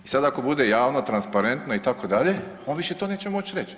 I sad ako bude javno, transparentno itd. on više to neće moći reći.